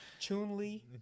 Chunli